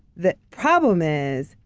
the problem is,